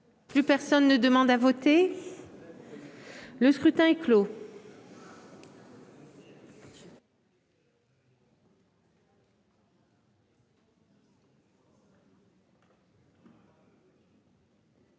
Plus personne ne demande à voter Le scrutin clos. Merci,